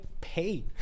pay